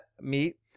meat